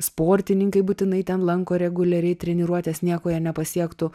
sportininkai būtinai ten lanko reguliariai treniruotes nieko jie nepasiektų